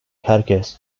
herkes